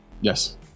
Yes